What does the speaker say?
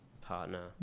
partner